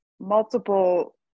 multiple